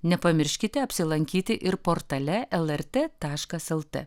nepamirškite apsilankyti ir portale lrt taškas lt